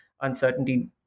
Uncertainty